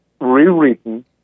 rewritten